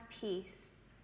peace